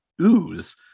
ooze